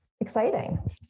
exciting